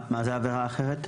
מה זה העבירה האחרת?